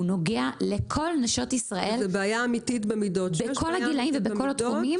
הוא נוגע לכל נשות ישראל בכל הגילים ובכל התחומים.